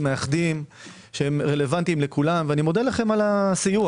מאחדים שרלוונטיים לכולם ואני מודה לכם על הסיוע.